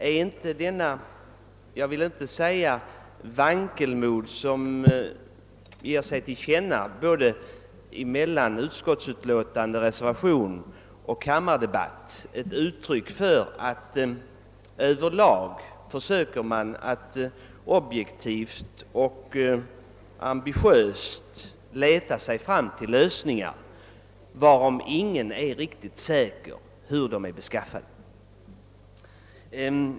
Är inte det vankelmod som ger sig till känna både i utskottets utlåtande och i reservationen liksom i kammardebatten ett uttryck för att man över lag försöker att på ett objektivt och ambitiöst sätt leta sig fram till lösningar, om vilka ingen är riktigt säker på hur de bör vara beskaffade.